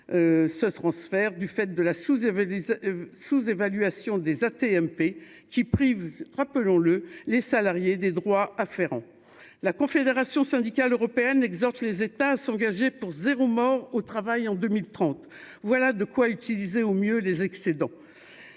ce transfert du fait de la sous-avez sous-évaluation des AT-MP qui prive, rappelons-le, les salariés des droits afférents, la Confédération syndicale européenne exhorte les États à s'engager pour 0 mort au travail en 2030, voilà de quoi utiliser au mieux les excédents